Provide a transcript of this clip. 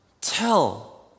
tell